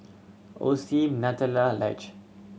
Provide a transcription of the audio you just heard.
Osim Nutella Laneige